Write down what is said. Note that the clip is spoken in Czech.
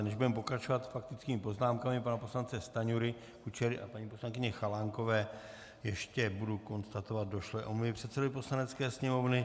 Než budeme pokračovat faktickými poznámkami pana poslance Stanjury, Kučery a paní poslankyně Chalánkové, ještě budu konstatovat omluvy došlé předsedovi Poslanecké sněmovny.